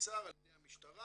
נעצר על ידי המשטרה,